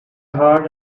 hard